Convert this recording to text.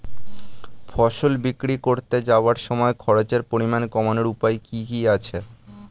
ফসল বিক্রি করতে যাওয়ার সময় খরচের পরিমাণ কমানোর উপায় কি কি আছে?